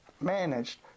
managed